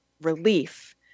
relief